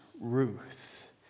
Ruth